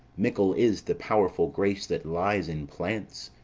mickle is the powerful grace that lies in plants,